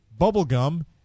Bubblegum